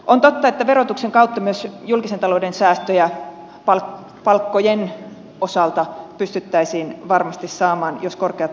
on totta että verotuksen kautta myös julkisen talouden säästöjä palkkojen osalta pystyttäisiin varmasti saamaan jos korkeatuloisista puhutaan